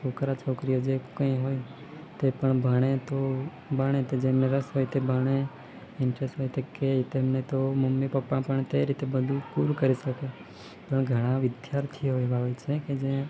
છોકરા છોકરીઓ જે કંઈ હોય તે ભણે તો ભણે તે જેમને રસ હોય તે ભણે ઈંટરસ્ટ હોય તે કહે તેમને તો મમ્મી પપ્પા પણ તે રીતે બધું પૂરું કરી શકે પણ ઘણા વિદ્યાર્થીઓ એવા હોય છે કે જે